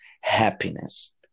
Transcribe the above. Happiness